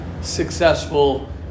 successful